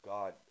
God